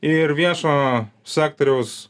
ir viešo sektoriaus